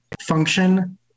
function